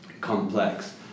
complex